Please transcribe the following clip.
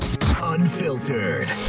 Unfiltered